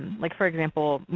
like for example,